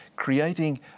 creating